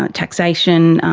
ah taxation,